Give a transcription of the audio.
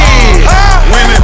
Women